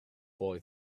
boy